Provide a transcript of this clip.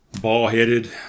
ball-headed